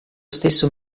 stesso